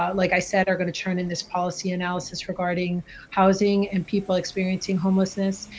um like i said, are gonna turn in this policy analysis regarding housing and people experiencing homelessness,